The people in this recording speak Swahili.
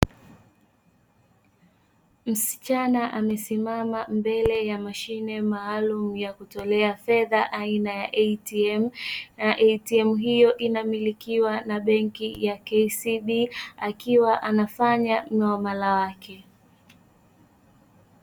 Msichana amesimama mbele ya mashine maalumu ya kutolea fedha aina ya "ATM " na "ATM" hiyo ina milikiwa na benki ya KCB akiwa anafanya muamala wake.